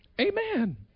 Amen